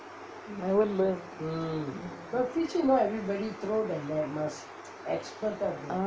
never learn ah